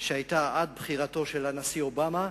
שהיתה עד לבחירתו של הנשיא אובמה.